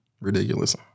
Ridiculous